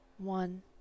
one